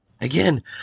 Again